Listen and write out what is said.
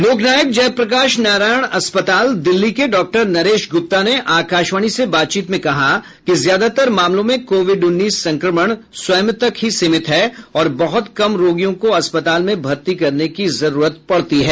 लोक नायक जयप्रकाश नारायण अस्पताल दिल्ली के डॉक्टर नरेश गुप्ता ने आकाशवाणी से बातचीत में कहा कि ज्यादातर मामलो में कोविड उन्नीस संक्रमण स्वयं तक ही सीमित हैं और बहुत कम रोगियों को अस्पताल में भर्ती करने की जरूरत पड़ती है